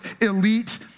elite